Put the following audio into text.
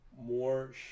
more